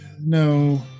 no